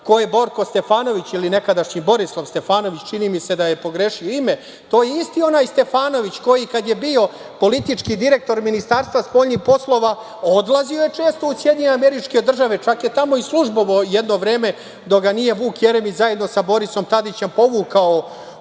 Ko je Borko Stefanović ili nekadašnji Borislav Stefanović? Čini mi se da je pogrešio ime, to je isti onaj Stefanović koji kad je bio politički direktor Ministarstva spoljnih poslova, odlazio je često u SAD, čak je tamo i službovao jedno vreme dok ga nije Vuk Jeremić zajedno sa Borisom Tadićem povukao